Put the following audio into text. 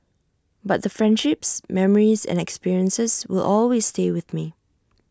but the friendships memories and experiences will always stay with me